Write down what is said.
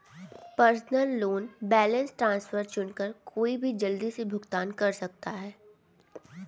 personal loan balance transfer चुनकर कोई भी जल्दी से भुगतान कर सकता है